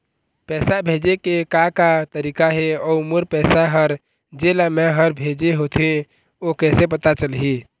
पैसा भेजे के का का तरीका हे अऊ मोर पैसा हर जेला मैं हर भेजे होथे ओ कैसे पता चलही?